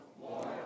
More